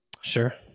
Sure